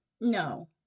No